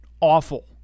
awful